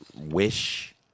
wish